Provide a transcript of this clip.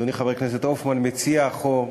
אדוני חבר הכנסת הופמן, מציע החוק,